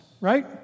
right